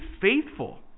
faithful